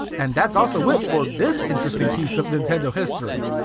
and that's also it for this interesting piece of nintendo history!